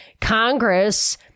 Congress